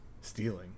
stealing